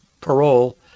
Parole